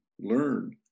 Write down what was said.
learn